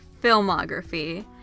filmography